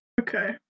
Okay